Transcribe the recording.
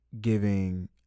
Giving